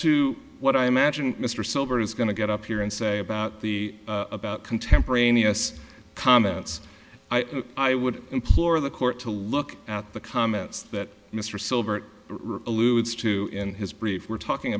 to what i imagine mr silver is going to get up here and say about the about contemporaneous comments i would implore the court to look at the comments that mr silbert eludes to in his brief we're talking